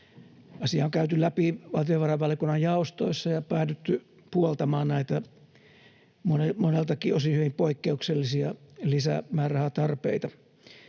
Asia on käyty läpi valtiovarainvaliokunnan jaostoissa, ja on päädytty puoltamaan näitä moneltakin osin hyvin poikkeuksellisia lisämäärärahatarpeita.